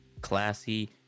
classy